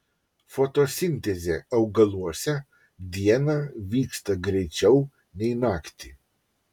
fotosintezė augaluose dieną vyksta greičiau nei naktį